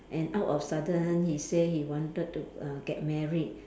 and out of sudden he say he wanted to uh get married